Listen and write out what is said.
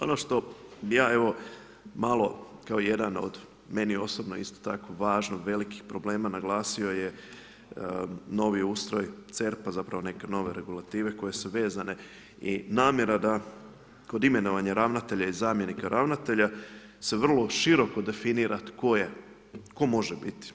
Ono što bi ja evo malo kao jedan od meni osobno isto tako važno velikih problema naglasio je novi ustroj CERP-a, zapravo neke nove regulative koje su vezane i namjera da kod imenovanja ravnatelja i zamjenika ravnatelja se vrlo široko definira tko može biti.